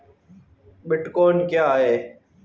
Bitcoin क्या है?